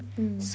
mm